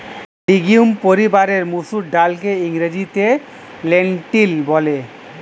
legume পরিবারের মুসুর ডালকে ইংরেজিতে লেন্টিল বলে